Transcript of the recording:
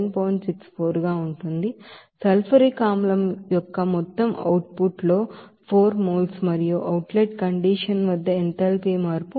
64 గా ఉంది sulphuric acid యొక్క మొత్తం అవుట్ పుట్ లో 4 moles మరియు అవుట్ లెట్ కండిషన్ వద్ద ఎంథాల్పీ మార్పు 67